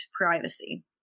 privacy